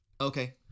Okay